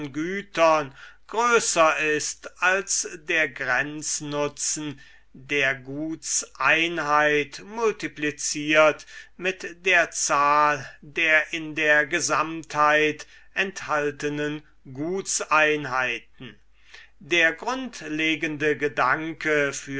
gütern größer ist als der grenznutzen der gutseinheit multipliziert mit der zahl der in der gesamtheit enthaltenen gutseinheiten der grundlegende gedanke